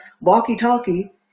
walkie-talkie